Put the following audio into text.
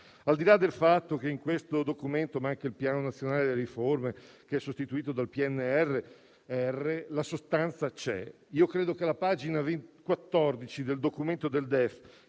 Al di là del fatto che in questo Documento manca il Piano nazionale delle riforme, che è sostituito dal PNRR, la sostanza c'è. Credo che la pagina 14 del DEF,